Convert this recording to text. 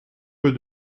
peu